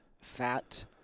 fat